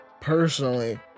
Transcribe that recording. personally